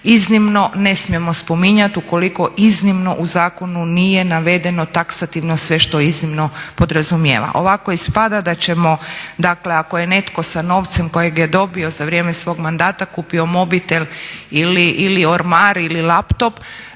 Iznimno ne smijemo spominjat ukoliko iznimno u zakonu nije taksativno sve što iznimno podrazumijeva. Ovako ispada da ćemo dakle ako je netko sa novcem kojeg je dobio za vrijeme svog mandata kupio mobitel ili ormar ili laptop,